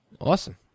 Awesome